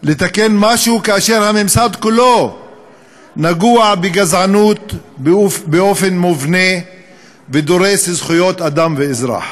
כאשר הממסד כולו נגוע בגזענות באופן מובנה ודורס זכויות אדם ואזרח?